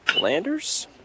Landers